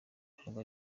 ntabwo